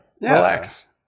relax